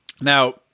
Now